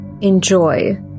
enjoy